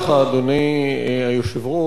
אדוני היושב-ראש,